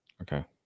Okay